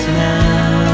now